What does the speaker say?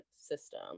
system